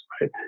right